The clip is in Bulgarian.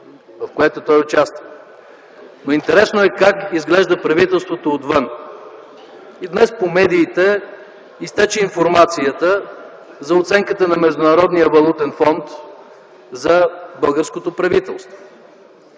в което той участва, но интересно е как изглежда правителството отвън. И днес по медиите изтече информацията за оценката на Международния валутен фонд за българското правителство,